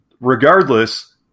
regardless